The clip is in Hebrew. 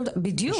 בדיוק.